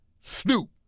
Snoop